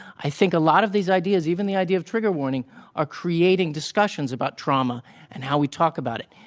i think a lot of these ideas, even the idea of trigger warning s are creating discussions about trauma and how we talk about it.